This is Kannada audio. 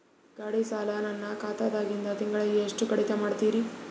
ಗಾಢಿ ಸಾಲ ನನ್ನ ಖಾತಾದಾಗಿಂದ ತಿಂಗಳಿಗೆ ಎಷ್ಟು ಕಡಿತ ಮಾಡ್ತಿರಿ?